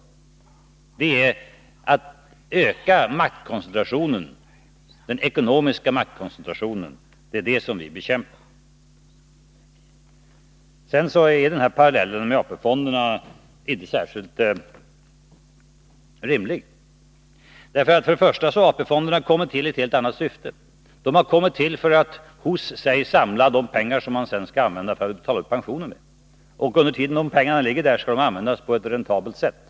Det ökar den ekonomiska maktkoncentrationen, och det vill vi bekämpa. Parallellen med AP-fonderna är inte särskilt rimlig. AP-fonderna kom ju tilli ett helt annat syfte. De har kommit till för att hos sig samla de pengar som man sedan skall använda för att ta ut pensioner ur fonderna. Under tiden som pengarna ligger där skall de användas på ett räntabelt sätt.